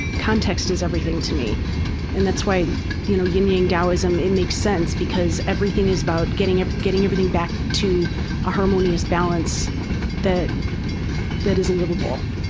context is everything to me and that's why the you know ying yang taoism makes sense because everything is about getting getting everything back to a harmonious balance that that is livable.